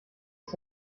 ist